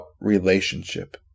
relationship